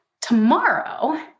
tomorrow